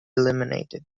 eliminated